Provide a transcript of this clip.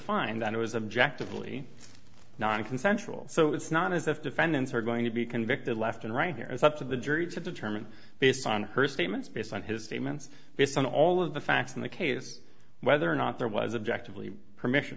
that it was objective fully nonconsensual so it's not as if defendants are going to be convicted left and right here it's up to the jury to determine based on her statements based on his statements based on all of the facts in the case whether or not there was objective leave permission